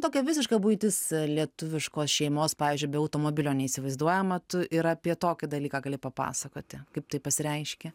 tokia visiška buitis lietuviškos šeimos pavyzdžiui be automobilio neįsivaizduojama tu ir apie tokį dalyką gali papasakoti kaip tai pasireiškia